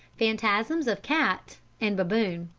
phantasms of cat and baboon